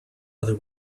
other